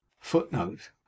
footnote